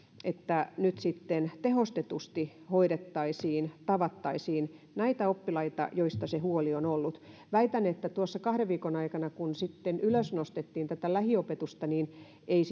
että nyt sitten tehostetusti hoidettaisiin tätä tavattaisiin näitä oppilaita joista se huoli on ollut väitän että tuossa kahden viikon aikana kun sitten ylösnostettiin tätä lähiopetusta ei